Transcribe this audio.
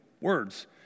words